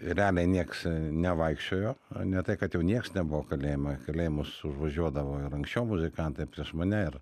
realiai nieks nevaikščiojo o ne tai kad jau nieks nebuvo kalėjime į kalėjimus užvažiuodavo ir anksčiau muzikantai prieš mane ir